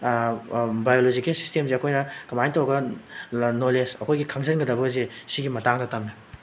biological ꯁꯤꯁꯇꯦꯝꯁꯦ ꯑꯩꯈꯣꯏꯅ ꯀꯃꯥꯏꯅ ꯇꯧꯔꯒ ꯅꯣꯂꯦꯖ ꯑꯩꯈꯣꯏꯒꯤ ꯈꯪꯖꯤꯟꯒꯗꯕꯁꯦ ꯁꯤꯒꯤ ꯃꯇꯥꯡꯗ ꯇꯝꯃꯦ